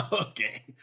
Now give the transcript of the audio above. Okay